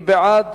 מי בעד?